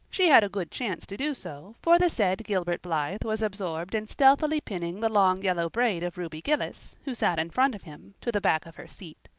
she had a good chance to do so, for the said gilbert blythe was absorbed in stealthily pinning the long yellow braid of ruby gillis, who sat in front of him, to the back of her seat.